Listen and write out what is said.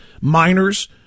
minors